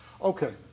Okay